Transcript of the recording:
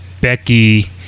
Becky